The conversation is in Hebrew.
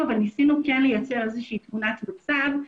אבל ניסינו לייצר איזושהי תמונת מצב.